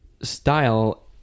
style